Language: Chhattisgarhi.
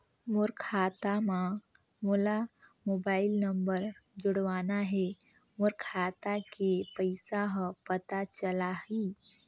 मोर खाता मां मोला मोबाइल नंबर जोड़वाना हे मोर खाता के पइसा ह पता चलाही?